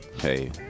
Hey